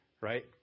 right